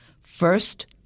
First